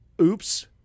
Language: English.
oops